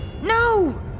no